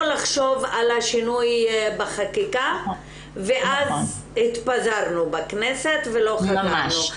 לחשוב על השינוי בחקיקה ואז התפזרנו בכנסת ולא חזרנו.